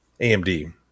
AMD